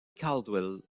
caldwell